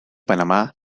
panamá